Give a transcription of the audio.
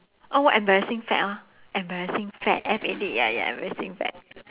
oh what embarrassing fad lor embarrassing fad F A D ya ya embarrassing fad